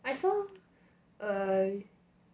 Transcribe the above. I saw err